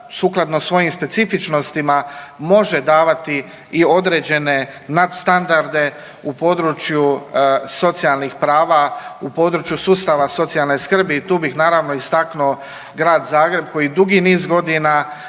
sukladno svojim specifičnostima može davati i određene nadstandarde u području socijalnih prava, u području sustava socijalne skrbi i tu bih naravno istaknuo Grad Zagreb koji dugi niz godina